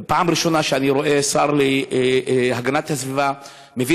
פעם ראשונה שאני רואה שר להגנת הסביבה מביא